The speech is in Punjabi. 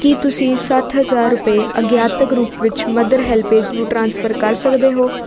ਕੀ ਤੁਸੀਂਂ ਸੱਤ ਹਜ਼ਾਰ ਰੁਪਏ ਅਗਿਆਤਕ ਰੂਪ ਵਿੱਚ ਮਦਰ ਹੈਲਪੇਜ ਨੂੰ ਟ੍ਰਾਂਸਫਰ ਕਰ ਸਕਦੇ ਹੋ